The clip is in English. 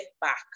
back